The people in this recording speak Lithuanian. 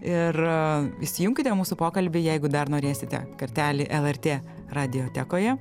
ir įsijunkite mūsų pokalbį jeigu dar norėsite kartelį lrt radijotekoje